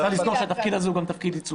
צריך לזכור שהתפקיד הזה הוא גם תפקיד ייצוגי.